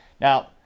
Now